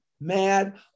mad